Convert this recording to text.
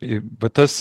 į va tas